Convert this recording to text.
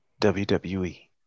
WWE